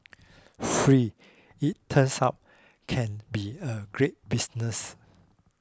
free it turns out can be a great business